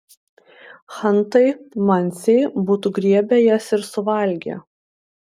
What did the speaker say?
chantai mansiai būtų griebę jas ir suvalgę